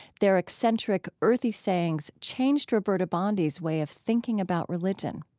their eccentric, earthy sayings changed roberta bondi's way of thinking about religion.